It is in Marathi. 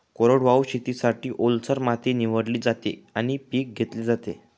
कोरडवाहू शेतीसाठी, ओलसर माती निवडली जाते आणि पीक घेतले जाते